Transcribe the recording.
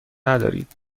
ندارید